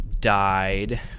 died